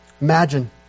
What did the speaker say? Imagine